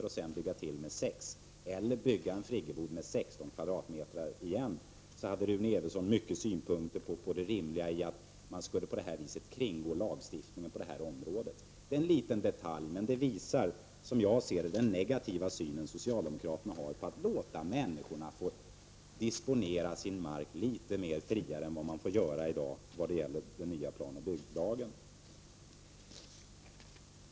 och sedan bygga till den med 6 m? eller bygga en friggebod på 16 m? hade Rune Evensson många synpunkter på det rimliga i att man på detta sätt kringgår lagstiftningen. Detta är en liten detalj, men detta visar den negativa syn socialdemokraterna har när det gäller att låta människorna få disponera sin mark litet mer fritt än de får göra i dag enligt den nya planoch bygglagen.